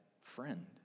friend